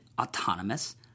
autonomous